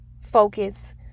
focus